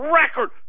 record